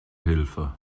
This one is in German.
hilfe